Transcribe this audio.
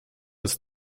ist